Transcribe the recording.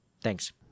Thanks